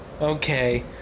Okay